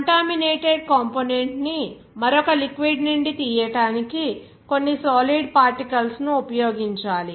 contaminated component ని మరొక liquid నుండి తీయడానికి కొన్ని సాలిడ్ పార్టికల్స్ ను ఉపయోగించాలి